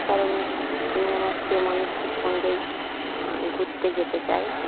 এই কারণে আমি আমার প্রিয় মানুষটির সঙ্গেই ঘুরতে যেতে চাই